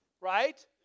right